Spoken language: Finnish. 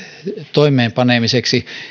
toimeenpanemiseksi